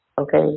Okay